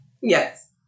Yes